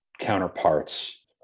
counterparts